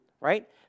right